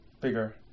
bigger